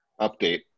update